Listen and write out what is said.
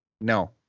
No